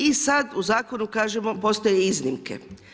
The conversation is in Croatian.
I sad u zakonu kažemo, postoje iznimke.